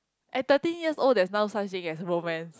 at thirteen years old there's no such thing as romance